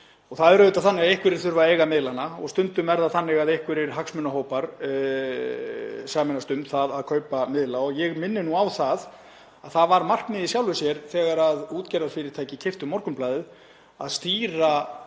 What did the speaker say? það er auðvitað þannig að einhverjir þurfa að eiga miðlana og stundum sameinast einhverjir hagsmunahópar um það að kaupa miðla. Ég minni á að það var markmið í sjálfu sér þegar útgerðarfyrirtæki keyptu Morgunblaðið að stýra